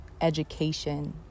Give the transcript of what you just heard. education